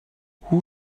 who